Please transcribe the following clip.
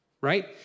right